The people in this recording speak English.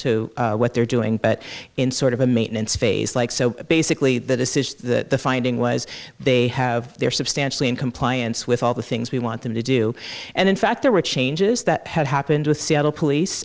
to what they're doing but in sort of a maintenance phase like so basically the decision the finding was they have their substantially in compliance with all the things we want them to do and in fact there were changes that had happened with seattle police